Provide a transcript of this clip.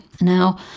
Now